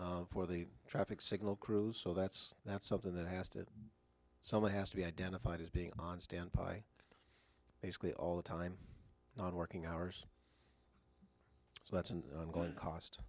pay for the traffic signal crews so that's that's something that has to someone has to be identified as being on standby basically all the time not working hours so that's an ongoing cost